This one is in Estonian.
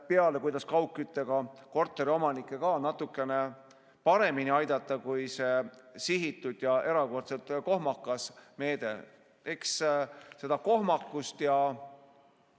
kuidas kaugküttega korterite omanikke natukene paremini aidata, kui see sihitud ja erakordselt kohmakas meede võimaldab. Eks seda kohmakust, ja